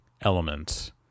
element